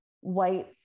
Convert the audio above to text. white